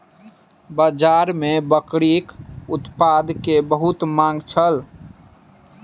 बाजार में बकरीक उत्पाद के बहुत मांग छल